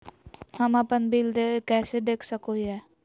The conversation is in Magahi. हम अपन बिल देय कैसे देख सको हियै?